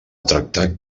tractat